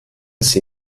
sie